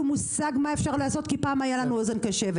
מושג מה אפשר לעשות כי פעם הייתה לנו אוזן קשבת.